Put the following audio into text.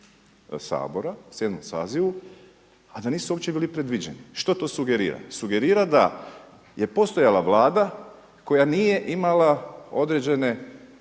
Sabora, u 7. sazivu, a da nisu uopće bili predviđeni. Što to sugerira? Sugerira da je postojala vlada koja nije imala određene